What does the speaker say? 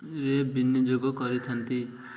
ରେ ବିନିଯୋଗ କରିଥାନ୍ତି